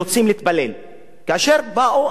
כאשר באו אנשים שהם רגילים,